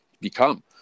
become